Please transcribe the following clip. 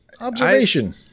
observation